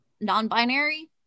non-binary